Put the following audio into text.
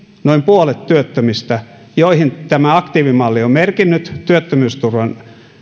noin puolet työttömistä joille tämä aktiivimalli on merkinnyt työttömyysturvan